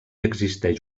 existeix